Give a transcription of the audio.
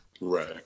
right